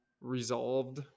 resolved